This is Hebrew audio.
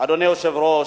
אדוני היושב-ראש,